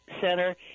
center